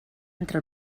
entre